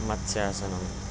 మత్స్యాసనం